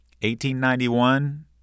1891